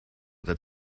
that